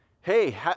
Hey